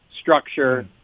structure